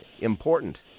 important